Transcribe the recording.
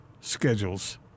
schedule's